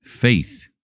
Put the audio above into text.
faith